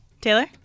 Taylor